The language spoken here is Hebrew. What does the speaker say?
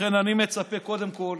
לכן אני מצפה, קודם כול,